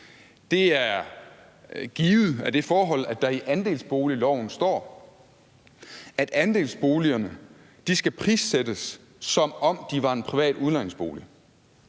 Det er givet af det forhold, at der i andelsboligloven står, at andelsboligerne skal prissættes, som om de var en privat udlejningsbolig.